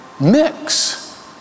mix